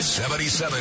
77